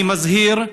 אני מזהיר,